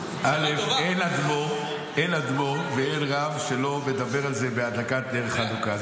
אין אדמו"ר ואין רב שלא מדבר על זה בהדלקת נר חנוכה.